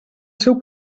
seu